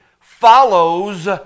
follows